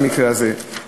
במקרה הזה,